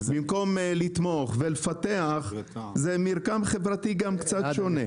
במקום לתמוך ולפתח זה מרקם חברתי גם קצת שונה.